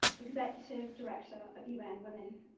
executive director of un women,